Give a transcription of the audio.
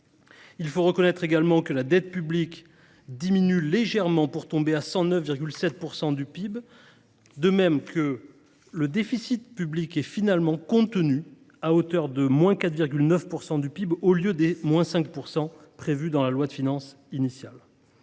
Il faut reconnaître également que la dette publique diminue légèrement pour tomber à 109,7 % du PIB. De même, le déficit public est finalement contenu à hauteur de 4,9 % du PIB, au lieu des 5 % prévus dans la loi de finances initiale.